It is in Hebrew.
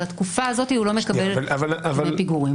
על התקופה הזאת הוא לא מקבל דמי פיגורים.